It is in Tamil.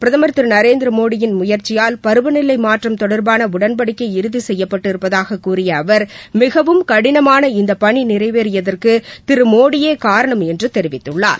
பிரதமர் திரு நரேந்திர மோடியின் முயற்சியால் பருவநிலை மாற்றம் தொடர்பான உடன்படிக்கை இறுதி செய்யப்பட்டு இருப்பதாகக் கூறிய அவர் மிகவும் கடினமான இந்த பணி நிறைவேறியதற்கு திரு மோடியே காரணம் என்று தெரிவித்துள்ளார்